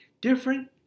Different